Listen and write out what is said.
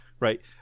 Right